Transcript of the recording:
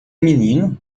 menino